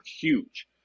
huge